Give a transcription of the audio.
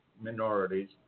minorities